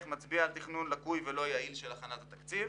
מצביע על תכנון לקוי ולא יעיל של הכנת התקציב,